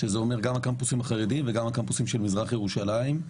הקמפוסים החרדיים והקמפוסים במזרח ירושלים.